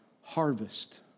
harvest